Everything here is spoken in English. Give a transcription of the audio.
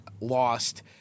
lost